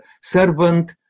servant